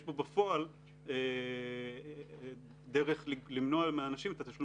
יש פה בפועל דרך למנוע מאנשים את התשלום